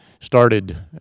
started